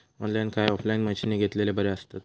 Online काय offline मशीनी घेतलेले बरे आसतात?